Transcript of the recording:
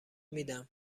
میدم